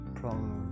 problem